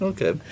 Okay